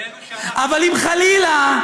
אבל חלילה,